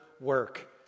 work